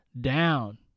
down